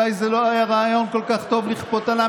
אולי זה לא היה רעיון כל כך טוב לכפות על עם